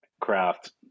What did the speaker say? craft